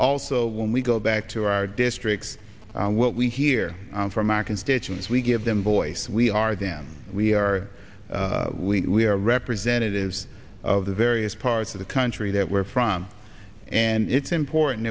also when we go back to our districts what we hear from our constituents we give them voice we are them we are letelier representatives of the various parts of the country that we're from and it's important